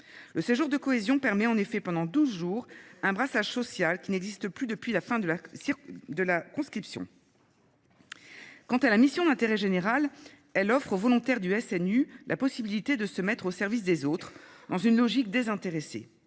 Le séjour de cohésion permet en effet pendant 12 jours un brassage social qui n'existe plus depuis la fin de la conscription. Quant à la mission d'intérêt général, elle offre aux volontaires du SNU la possibilité de se mettre au service des autres, dans une logique désintéressée.